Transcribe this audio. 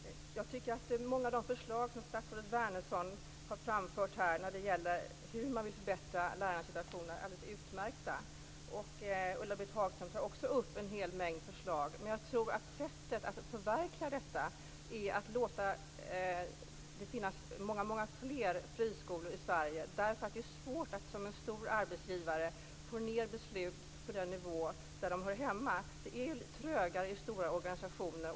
Herr talman! Jag tycker att många av de förslag som statsrådet Wärnersson har framfört här när det gäller hur man vill förbättra lärarnas situation är alldeles utmärkta. Ulla-Britt Hagström tog också upp en hel mängd förslag. Men jag tror att sättet att förverkliga förslagen är att se till att det finns betydligt fler friskolor i Sverige. Det är faktiskt svårt att som en stor arbetsgivare få ned beslut på den nivå där de hör hemma. Det är trögare i stora organisationer.